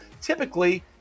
typically